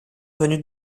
venu